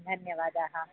धन्यवादाः